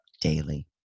daily